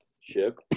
ship